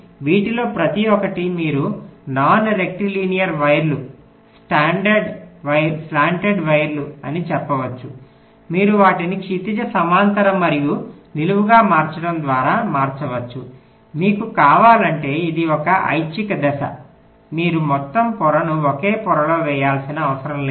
కాబట్టి వీటిలో ప్రతి ఒక్కటి మీరు నాన్ రెక్టిలినియర్ వైర్లు స్లాంటెడ్ వైర్లు అని చెప్పవచ్చు మీరు వాటిని క్షితిజ సమాంతర మరియు నిలువుగా మార్చడం ద్వారా మార్చవచ్చు మీకు కావాలంటే ఇది ఒక ఐచ్ఛిక దశ మీరు మొత్తం పొరను ఒకే పొరలో వేయాల్సిన అవసరం లేదు